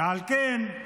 ועל כן,